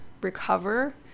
recover